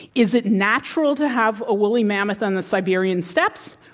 is it natural to have a woolly mammoth on the siberian steppe, so